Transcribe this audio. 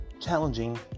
challenging